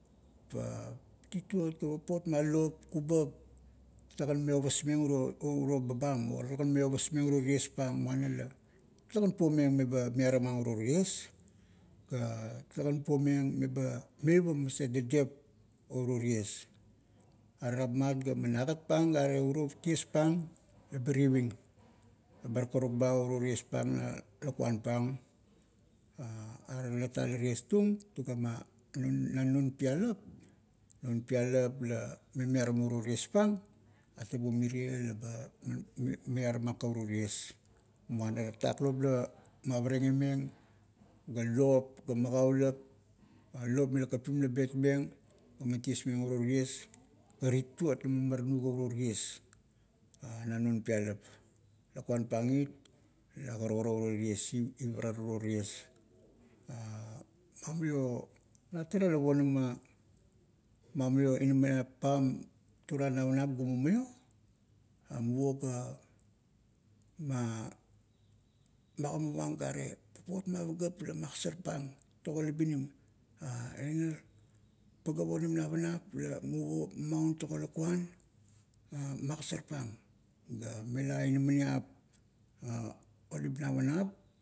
Pa tituot ga papot ma lop, kubap, talegan me ovasmeng uro babam o talegan me ovasmeng uro tiespang, muana la, talegan puomeng meba miaramang uro tiess, ga tale-gan puomeng meba meivam maset dadep o uro ties. Are rapmat gaman agatpang gare uro ties pang labar iving. Bar karuk ba o uro tiespang na lakuan pang. Are lata la tiestung, tugama, na non pialap, non pialap la mi miaramo tiespang, atabo mirie leba miaramang ka uro ties, muana tatak lop la mavaregemeng, ga lop, ga magaulap, lop mila kapim la betmeng gaman. Tiesmeng o uro ties, ga tituot la mamaranu ka uro ties na non pialap, lakuan pang it la karukara o uro ties, ivarar uro ties. mamio, na tara la ponama, mamio, muvo ga ma magimavang gare, papot ma pagap la magasarpang togo libinim pagap onim navanap la muvo maun togo lakuan, magasarpang, ga mela inamaniap onim navanap.